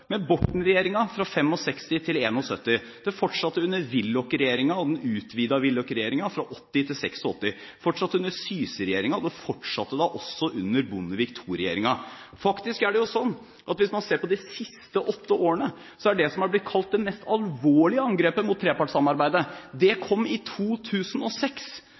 med Borten-regjeringen fra 1965 til 1971. Det fortsatte under Willoch-regjeringen og den utvidede Willoch-regjeringen fra 1980 til 1986, det fortsatte også under Syse-regjeringen, og det fortsatte da også under Bondevik II-regjeringen. Faktisk er det slik at hvis man ser på de siste åtte årene, kom det som er blitt kalt det mest alvorlige angrepet mot trepartssamarbeidet, i 2006, fra denne regjeringen. Det